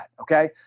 okay